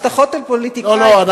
הבטחות הפוליטיקאים, " לא, לא.